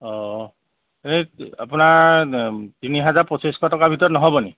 অঁ এনেই আপোনাৰ তিনি হাজাৰ পঁচিছশ টকাৰ ভিতৰত নহ'ব নেকি